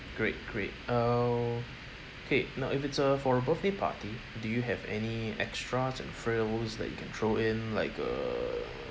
great great err K now if it's a for a birthday party do you have any extras and frills that you can throw in like err